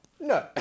No